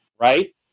right